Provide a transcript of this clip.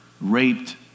raped